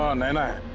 um naina.